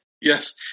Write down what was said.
Yes